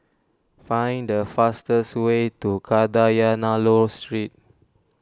find the fastest way to Kadayanallur Street